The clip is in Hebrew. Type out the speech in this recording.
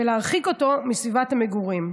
ולהרחיק אותו מסביבת המגורים,